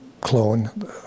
clone